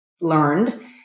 learned